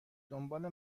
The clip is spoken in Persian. دنبال